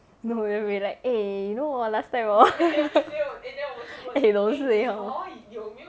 no you will be like eh you know last time hor eh don't say hor